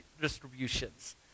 distributions